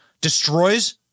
destroys